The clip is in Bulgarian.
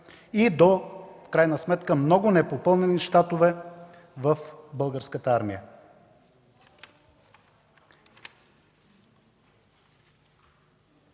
и в крайна сметка до много непопълнени щатове в Българската армия.